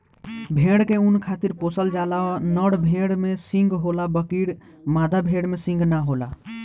भेड़ के ऊँन खातिर पोसल जाला, नर भेड़ में सींग होला बकीर मादा भेड़ में सींग ना होला